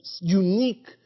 unique